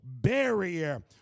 barrier